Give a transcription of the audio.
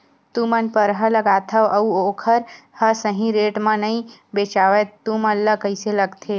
तू मन परहा लगाथव अउ ओखर हा सही रेट मा नई बेचवाए तू मन ला कइसे लगथे?